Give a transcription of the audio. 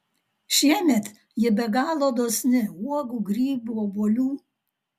šiemet ji be galo dosni uogų grybų obuolių